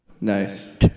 Nice